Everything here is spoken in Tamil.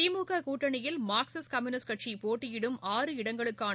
திமுக கூட்டணியில் மார்க்சிஸ்ட் கம்யூனிஸ்ட் கட்சி போட்டியிடும் இடங்களுக்கான